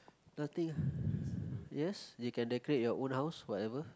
nothing ah yes they can decorate their own house whatever